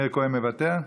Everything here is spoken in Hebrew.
מאיר כהן, מוותר,